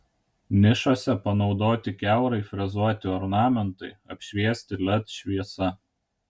nišose panaudoti kiaurai frezuoti ornamentai apšviesti led šviesa